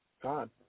God